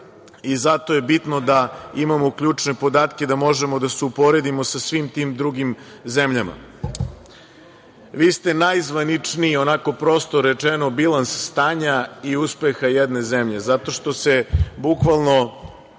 Zato je bitno da imamo ključne podatke da možemo da se uporedimo sa svim tim drugim zemljama. Vi ste najzvaničniji onako, prosto rečeno, bilans stanja i uspeha jedne zemlje zato što se bukvalno